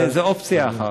זאת אופציה אחת,